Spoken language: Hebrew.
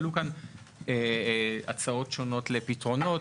עלו כאן הצעות שונות לפתרונות,